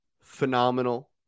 phenomenal